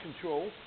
control